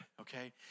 okay